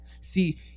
see